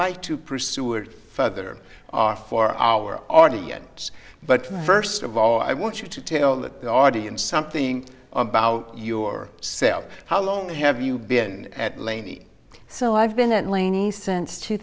like to pursue it further our for our audience but first of all i want you to tell the audience something about your self how long have you been at laney so i've been at